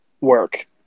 work